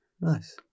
Nice